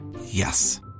Yes